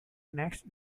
next